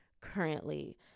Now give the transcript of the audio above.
currently